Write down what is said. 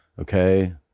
Okay